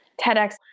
TEDx